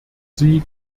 sie